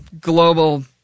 global